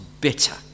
bitter